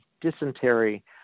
dysentery